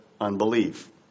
unbelief